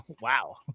Wow